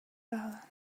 balance